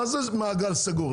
מה זה מעגל סגור?